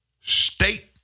State